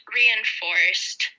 reinforced